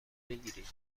بگیرید